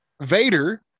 Vader